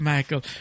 Michael